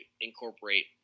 incorporate